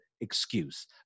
excuse